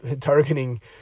targeting